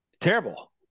Terrible